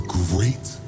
great